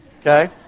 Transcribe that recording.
Okay